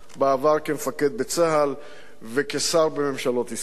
בעבר כמפקד בצה"ל וכשר בממשלות ישראל.